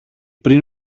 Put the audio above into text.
πριν